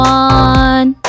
one